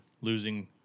losing